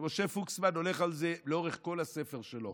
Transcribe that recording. ומשה פוקסמן הולך על זה לאורך כל הספר שלו